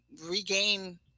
regain